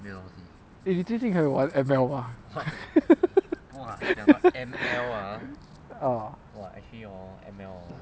eh 你最近还有玩 M_L 吗 ah